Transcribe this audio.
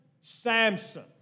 Samson